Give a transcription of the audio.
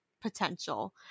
potential